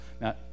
Now